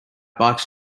bikes